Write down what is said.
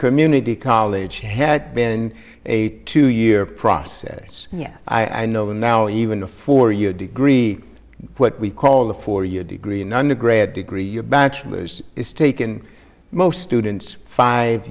community college had been a two year process yes i know now even a four year degree what we call the four year degree in undergrad degree your bachelor's is taken most students five